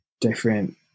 different